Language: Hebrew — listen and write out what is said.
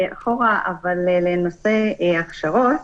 --- לנושא הכשרות